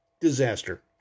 disaster